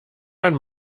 man